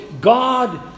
God